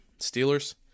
Steelers